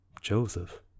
Joseph